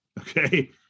okay